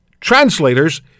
translators